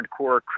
hardcore